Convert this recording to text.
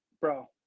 Bro